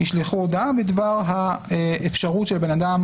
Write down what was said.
ישלחו הודעה בדבר האפשרות של בן אדם